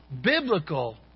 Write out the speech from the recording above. biblical